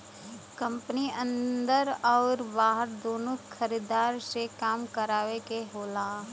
company अन्दर आउर बाहर दुन्नो खरीदार से काम करावे क होला